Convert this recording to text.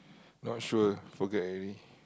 not sure forget already